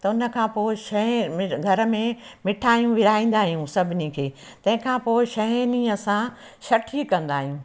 त हुन खां पोइ शइ में घर में मिठाइयूं विरिहाईंदा आहियूं सभिनी खे त तंहिंखां पोइ छहें ॾींहं असां छठी कंदा आहियूं